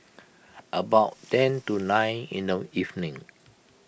about ten to nine in the evening